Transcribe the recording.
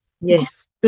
Yes